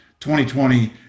2020